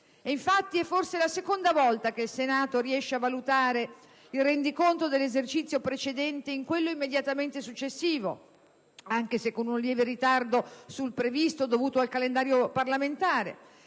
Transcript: Infatti, è forse la seconda volta che il Senato riesce a valutare il rendiconto dell'esercizio precedente in quello immediatamente successivo, anche se con lieve ritardo sul previsto dovuto al calendario parlamentare.